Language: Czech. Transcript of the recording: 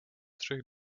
třech